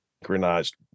synchronized